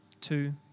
two